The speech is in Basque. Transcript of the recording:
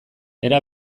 era